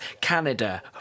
Canada